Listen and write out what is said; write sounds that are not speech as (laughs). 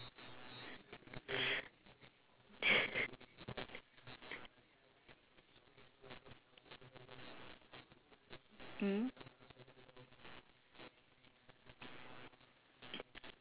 (laughs)